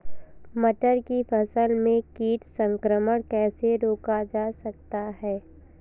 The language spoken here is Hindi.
मटर की फसल में कीट संक्रमण कैसे रोका जा सकता है?